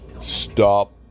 stop